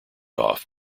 off